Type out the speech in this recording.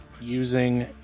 using